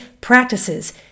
practices